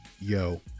Yo